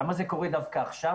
למה זה קורה דווקא עכשיו,